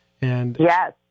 Yes